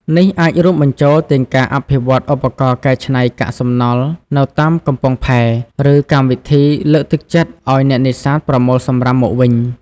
នេះអាចរួមបញ្ចូលទាំងការអភិវឌ្ឍឧបករណ៍កែច្នៃកាកសំណល់នៅតាមកំពង់ផែ ឬកម្មវិធីលើកទឹកចិត្តឲ្យអ្នកនេសាទប្រមូលសំរាមមកវិញ។